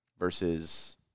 versus